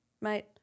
mate